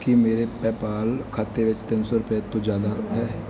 ਕੀ ਮੇਰੇ ਪੈਪਾਲ ਖਾਤੇ ਵਿੱਚ ਤਿੰਨ ਸੌ ਰੁਪਏ ਤੋਂ ਜ਼ਿਆਦਾ ਹੈ